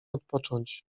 odpocząć